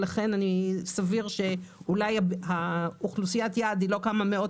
לכן סביר שאולי אוכלוסיית היעד היא לא כמה מאות